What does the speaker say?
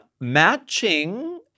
matching